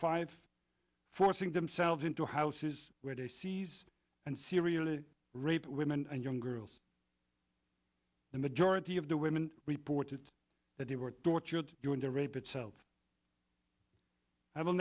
five forcing themselves into houses where they seize and serially rape women and young girls the majority of the women reported that they were tortured during the rape itself i will